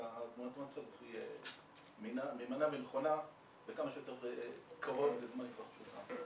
תמונת מצב מהימנה ונכונה וכמה שיותר קרוב לזמן התרחשותה.